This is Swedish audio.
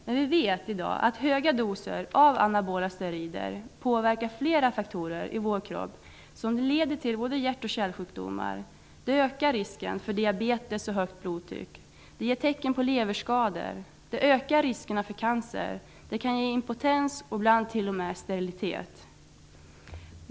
Men vi vet i dag att höga doser av anabola steroider påverkar flera faktorer i vår kropp som leder till både hjärt och kärlsjukdomar. Det ökar risken för diabetes och högt blodtryck, det ger tecken på leverskador, det ökar riskerna för cancer, det kan ge impotens och ibland t.o.m. sterilitet.